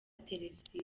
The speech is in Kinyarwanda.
televiziyo